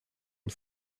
une